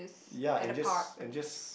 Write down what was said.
ya and just and just